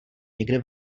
někde